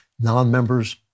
non-members